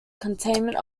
containment